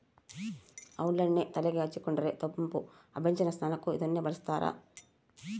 ಔಡಲ ಎಣ್ಣೆ ತೆಲೆಗೆ ಹಚ್ಚಿಕೊಂಡರೆ ತಂಪು ಅಭ್ಯಂಜನ ಸ್ನಾನಕ್ಕೂ ಇದನ್ನೇ ಬಳಸ್ತಾರ